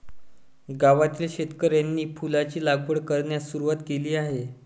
गावातील शेतकऱ्यांनी फुलांची लागवड करण्यास सुरवात केली आहे